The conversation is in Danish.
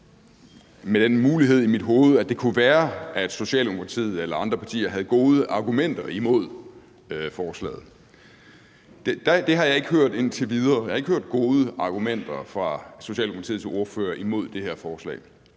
med den mulighed i mit hoved, at det kunne være, at Socialdemokratiet eller andre partier havde gode argumenter imod forslaget. Det har jeg ikke hørt indtil videre. Jeg har ikke hørt gode argumenter fra Socialdemokratiets ordfører imod det her forslag.